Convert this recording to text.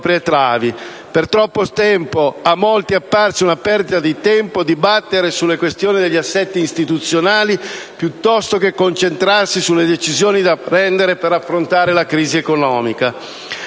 Per troppo a molti è apparsa una perdita di tempo dibattere sulle questioni degli assetti istituzionali piuttosto che concentrarsi sulle decisioni da prendere per affrontare la crisi economica;